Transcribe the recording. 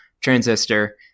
transistor